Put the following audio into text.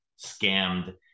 scammed